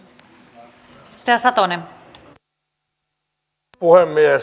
arvoisa puhemies